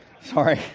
Sorry